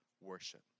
worship